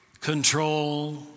control